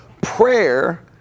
prayer